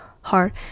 hard